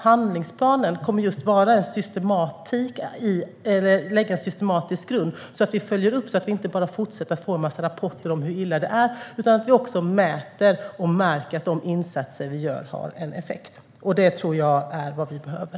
Handlingsplanen kommer att lägga en systematisk grund så att vi följer upp detta och inte bara fortsätter att få en massa rapporter om hur illa det är. Vi ska också mäta och märka att de insatser vi gör har effekt. Det tror jag är vad vi behöver.